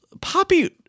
Poppy